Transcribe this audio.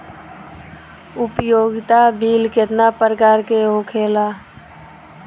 उपयोगिता बिल केतना प्रकार के होला?